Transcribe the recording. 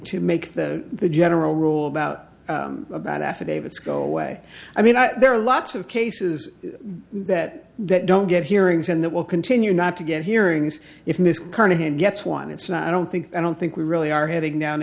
make that the general rule about about affidavits go away i mean there are lots of cases that that don't get hearings and that will continue not to get hearings if miss carnahan gets one it's not i don't think i don't think we really are heading down